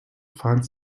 fand